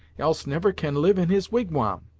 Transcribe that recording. else never can live in his wigwam.